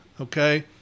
Okay